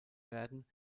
werden